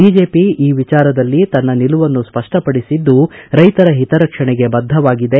BJP ಈ ವಿಚಾರದಲ್ಲಿ ತನ್ನ ನಿಲುವನ್ನು ಸ್ಪಷ್ಪಪಡಿಸಿದ್ದು ರೈತರ ಹಿತರಕ್ಷಣೆಗೆ ಬದ್ದವಾಗಿದೆ